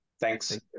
Thanks